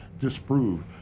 disprove